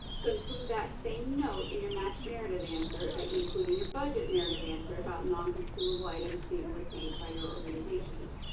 so include that same note in your match narrative answer that you include in your budget narrative answer, about non consumable items being retained by your organization.